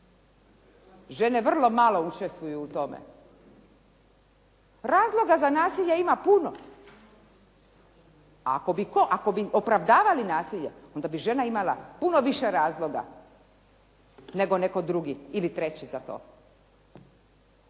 Žene vrlo malo učestvuju u tome. Razloga za nasilje ima puno, a ako bi opravdavali nasilje onda bi žena imala puno više razloga nego netko drugi ili treći za to.